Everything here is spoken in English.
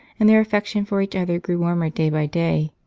and their affection for each other grew warmer day by day.